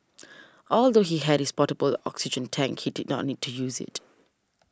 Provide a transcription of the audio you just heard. although he had his portable oxygen tank he did not need to use it